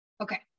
okay